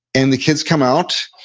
and the kids come out,